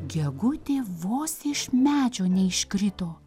gegutė vos iš medžio neiškrito